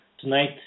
tonight